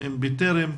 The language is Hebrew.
עם בטרם.